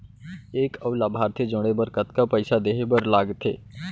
एक अऊ लाभार्थी जोड़े बर कतका पइसा देहे बर लागथे?